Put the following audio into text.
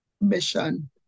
mission